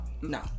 no